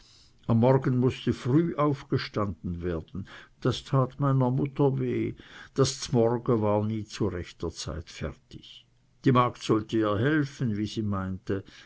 am morgen mußte früh aufgestanden werden das tat meiner mutter weh das z'morge war nie zur rechten zeit fertig die magd sollte ihr helfen wie sie meinte